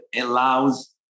allows